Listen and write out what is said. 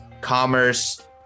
commerce